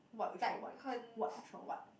what with your what what with your what